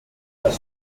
das